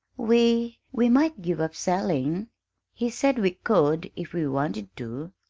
we we might give up selling he said we could if we wanted to.